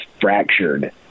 fractured –